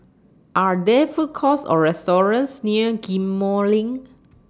Are There Food Courts Or restaurants near Ghim Moh LINK